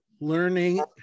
learning